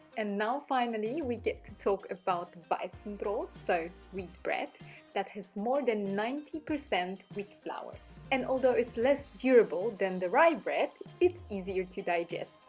and now finally we get talk about weizenbrot. so wheat bread has more than ninety percent wheat flour and although it's less durable than the rye bread it's easier to digest.